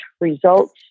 results